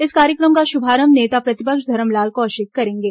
इस कार्यक्रम का शुभारंभ नेता प्रतिपक्ष धरमलाल कौशिक करेंगे